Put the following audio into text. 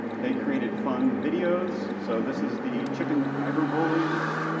they created fun videos. so this is the chicken cyber-bullying.